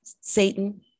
Satan